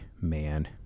man